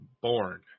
born